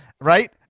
right